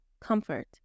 comfort